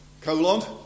Colon